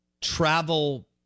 travel